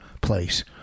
place